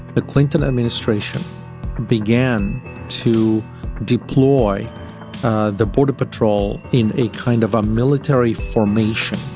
the clinton administration began to deploy the border patrol in a kind of a military formation.